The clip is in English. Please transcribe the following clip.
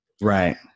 Right